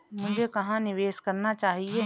मुझे कहां निवेश करना चाहिए?